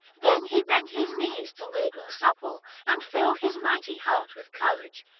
then he bent his knees till they grew supple, and filled his mighty heart with courage,